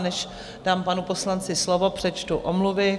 Než dám panu poslanci slovo, přečtu omluvy.